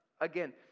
again